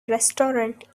restaurant